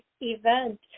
event